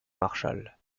marshall